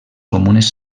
comunes